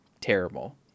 terrible